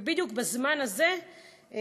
ובדיוק בזמן הזה,